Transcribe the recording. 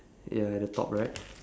yeah at the top right